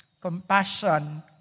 Compassion